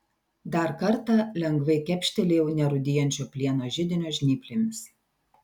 dar kartą lengvai kepštelėjau nerūdijančio plieno židinio žnyplėmis